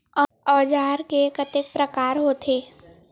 औजार के कतेक प्रकार होथे?